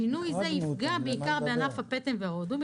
שינוי זה יפגע בעיקר בענף הפטם וההודו.